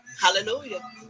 Hallelujah